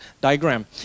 diagram